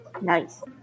Nice